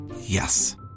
Yes